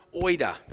oida